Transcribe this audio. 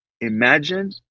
imagine